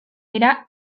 dira